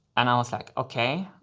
and i was like okay.